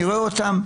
אני רואה אותם,